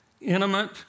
intimate